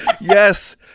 yes